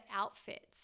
outfits